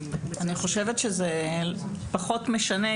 אני חושבת שזה פחות משנה.